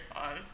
on